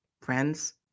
Friends